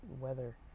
weather